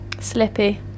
Slippy